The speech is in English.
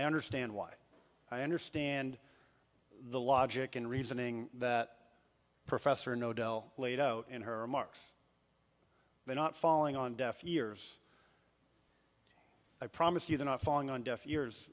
i understand why i understand the logic and reasoning that professor no dell laid out in her remarks they're not falling on deaf ears i promise you they're not falling on deaf ears